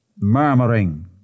murmuring